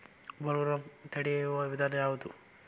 Bollworm ತಡಿಯು ವಿಧಾನ ಯಾವ್ದು?